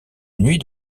nuit